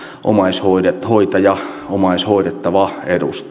omaishoitaja omaishoidettava edustaa